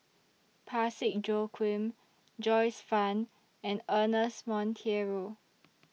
Parsick Joaquim Joyce fan and Ernest Monteiro